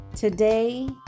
Today